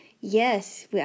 Yes